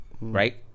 right